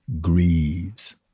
grieves